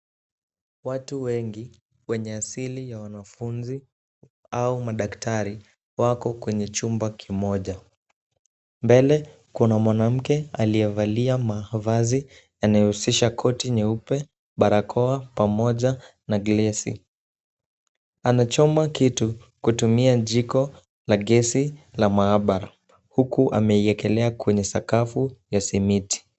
Watu wengi wenye asili ya wanafunzi au madaktari wako kwenye chumba kimoja. Mbele, kuna mwanamke aliyevalia mavazi yanayohusisha koti jeupe, barakoa pamoja na [glesi]. Anachoma kitu kutumia jiko la gesi la maabara huku amewekelea kwenye sakafu ya simiti.